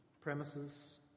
premises